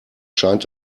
scheint